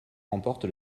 remporte